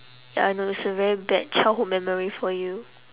ya I know it's a very bad childhood memory for you